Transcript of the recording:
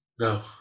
No